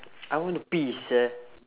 I want to pee sia